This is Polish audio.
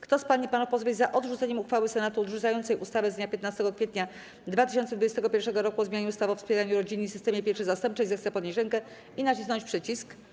Kto z pań i panów posłów jest za odrzuceniem uchwały Senatu odrzucającej ustawę z dnia 15 kwietnia 2021 r. o zmianie ustawy o wspieraniu rodziny i systemie pieczy zastępczej, zechce podnieść rękę i nacisnąć przycisk.